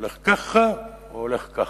הולך ככה או הולך ככה.